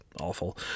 awful